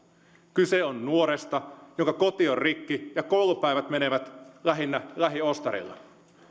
kyse on nuoresta jonka koti on rikki ja koulupäivät menevät lähinnä lähiostarilla